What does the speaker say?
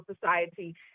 society